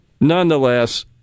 nonetheless